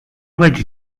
ready